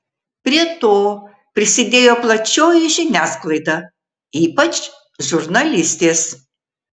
prie to prisidėjo plačioji žiniasklaida ypač žurnalistės